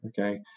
Okay